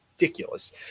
ridiculous